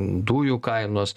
dujų kainos